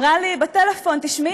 בטלפון: תשמעי,